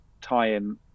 tie-in